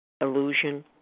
illusion